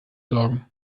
sorgen